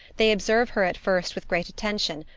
they observe her at first with great attention,